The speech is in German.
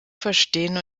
verstehen